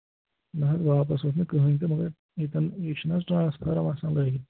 نہَ حظ واپَس ووٚتھ نہٕ کٔہیٖنٛۍ تہٕ مَگر ییٚتٮ۪ن یہِ چھُنہٕ حظ ٹرٛانَسفارم آسان لٲگِتھ